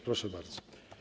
Proszę bardzo.